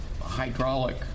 hydraulic